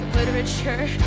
literature